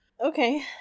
okay